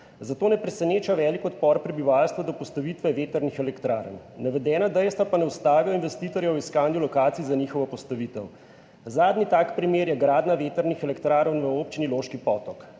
Zato ne preseneča velik odpor prebivalstva do postavitve vetrnih elektrarn. Navedena dejstva pa ne ustavijo investitorja v iskanju lokacij za njihovo postavitev. Zadnji tak primer je gradnja vetrnih elektrarn v Občini Loški Potok.